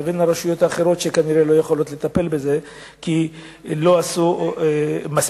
הרשויות האחרות כנראה לא יכולות לטפל בזה כי לא עשו מספיק,